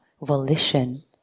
volition